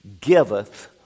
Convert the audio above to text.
giveth